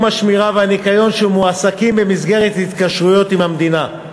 השמירה והניקיון שמועסקים במסגרת התקשרויות עם המדינה.